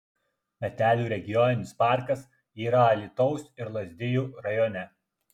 metelių regioninis parkas yra alytaus ir lazdijų rajone